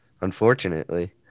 Unfortunately